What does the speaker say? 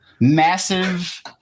Massive